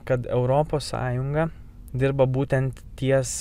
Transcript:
kad europos sąjunga dirba būtent ties